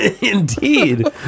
indeed